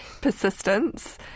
persistence